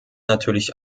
natürlich